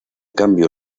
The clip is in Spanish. cambio